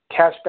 cashback